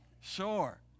sure